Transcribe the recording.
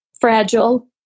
fragile